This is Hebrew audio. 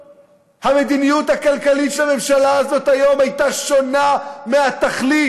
המדיניות הכלכלית של הממשלה הזאת היום הייתה שונה בתכלית.